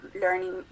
learning